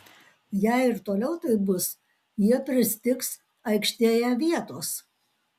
jei ir toliau taip bus jie pristigs aikštėje vietos